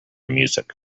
music